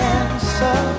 answer